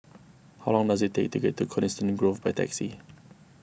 how long does it take to get to Coniston Grove by taxi